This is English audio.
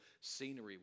scenery